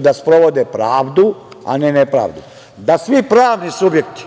da sprovode pravdu, a ne nepravdu, da svi pravni subjekti